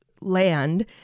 land